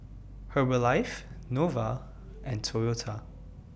Herbalife Nova and Toyota